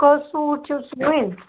کٔژ سوٗٹ چِھو سُوٕنۍ